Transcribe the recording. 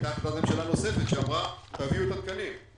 הייתה החלטת ממשלה נוספת שאמרה תביאו את התקנים.